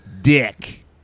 Dick